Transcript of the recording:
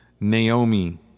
Naomi